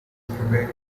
prevailed